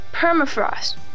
Permafrost